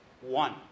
One